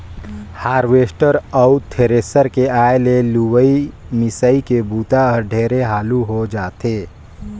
harvester अउ thresher के आए ले लुवई, मिंसई के बूता हर ढेरे हालू हो जाथे